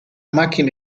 macchina